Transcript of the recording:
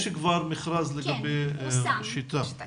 יש כבר מכרז לגבי 'שיטה'.